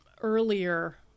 Earlier